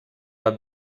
are